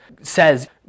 says